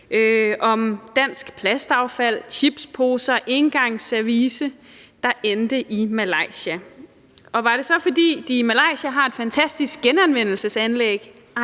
om dansk plastaffald, chipsposer og engangsservice, der endte i Malaysia. Og var det så, fordi de i Malaysia har et fantastisk genanvendelsesanlæg?